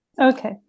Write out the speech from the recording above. Okay